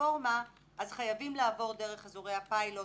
ולרפורמה אז חייבים לעבור דרך אזורי הפיילוט